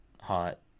hot